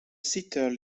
sitter